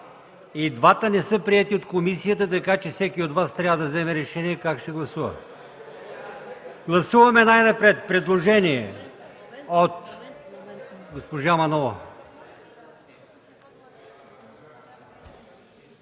И двата не са приети от комисията, така че всеки от Вас трябва да вземе решение как ще гласува. Гласуваме най-напред предложение от...